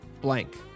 blank